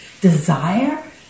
desire